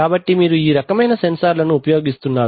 కాబట్టి మీరు ఈ రకమైన సెన్సార్ లను ఉపయోగిస్తున్నారు